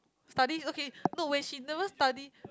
studies okay no when she never study